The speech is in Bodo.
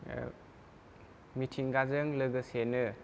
मिथिंगाजों लोगोसेनो